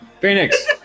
Phoenix